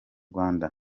rwanda